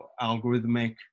algorithmic